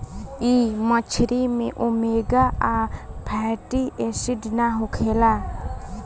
इ मछरी में ओमेगा आ फैटी एसिड ना होखेला